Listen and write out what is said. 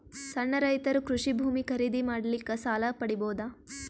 ಸಣ್ಣ ರೈತರು ಕೃಷಿ ಭೂಮಿ ಖರೀದಿ ಮಾಡ್ಲಿಕ್ಕ ಸಾಲ ಪಡಿಬೋದ?